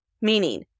Meaning